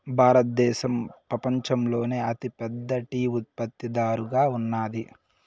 భారతదేశం పపంచంలోనే అతి పెద్ద టీ ఉత్పత్తి దారుగా ఉన్నాది